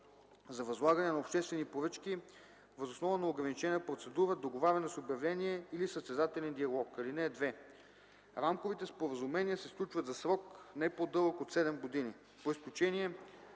за възлагане на обществени поръчки въз основа на ограничена процедура, договаряне с обявление или състезателен диалог. (2) Рамковите споразумения се сключват за срок, не по-дълъг от 7 години. По изключение